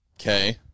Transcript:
Okay